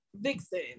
Vixen